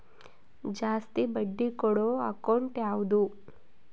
ಜಾಸ್ತಿ ಬಡ್ಡಿ ಕೊಡೋ ಅಕೌಂಟ್ ಯಾವುದು?